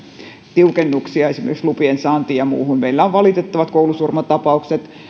tiukennuksia esimerkiksi lupien saantiin ja muuhun meillä on valitettavat koulusurmatapaukset